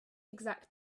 exact